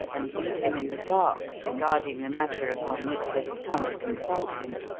and leave him in the dark regarding the matter upon which they had come to consult him,